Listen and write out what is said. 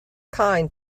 kind